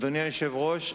אדוני היושב-ראש,